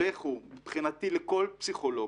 לכו מבחינתי לכל פסיכולוג,